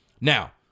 Now